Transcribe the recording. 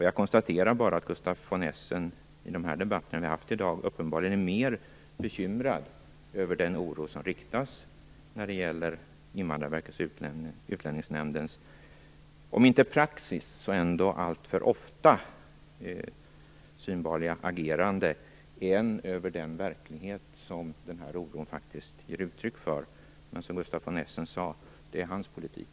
Jag konstaterar bara att Gustaf von Essen i de debatter som vi har haft i dag uppenbarligen är mer bekymrad över den oro som riktas mot Invandrarverkets och Utlänningsnämndens om inte praxis så ändå alltför ofta synbarliga agerande än över den verklighet som den här oron faktiskt ger uttryck för. Men som Gustav von Essen sade, det är hans politik.